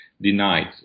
Denied